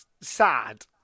sad